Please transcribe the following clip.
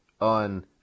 on